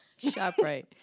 ShopRite